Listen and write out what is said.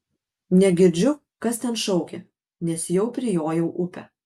negirdžiu kas ten šaukia nes jau prijojau upę